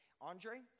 Andre